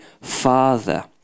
father